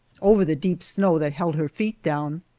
over the deep snow that held her feet down.